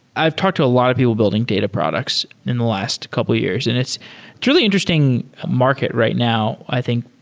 i've talked to a lot of people building data products in the last couple of years, and it's truly interesting market right now, i think,